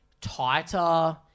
tighter